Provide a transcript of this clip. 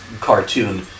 cartoon